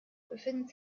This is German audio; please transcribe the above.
befindet